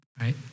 right